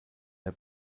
der